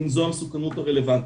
אם זו המסוכנות הרלוונטית.